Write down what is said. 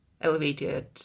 elevated